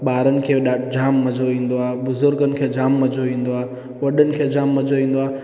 ॿारनि खे होॾांहुं जाम मज़ो ईंदो आहे ॿुज़ुर्गनि खे जाम मज़ो ईंदो आहे वॾनि खे जाम मज़ो ईंदो आहे